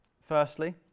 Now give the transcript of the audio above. Firstly